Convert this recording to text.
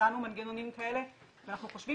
הצענו מנגנונים כאלה כי אנחנו חושבים